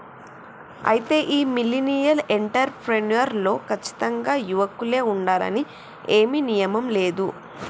అయితే ఈ millennial entrepreneur లో కచ్చితంగా యువకులే ఉండాలని ఏమీ నియమం లేదు